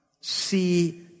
see